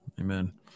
amen